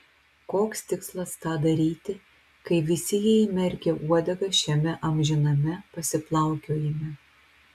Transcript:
koks tikslas tą daryti kai visi jie įmerkę uodegas šiame amžiname pasiplaukiojime